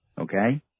Okay